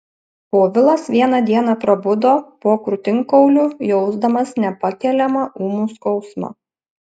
povilas vieną dieną prabudo po krūtinkauliu jausdamas nepakeliamą ūmų skausmą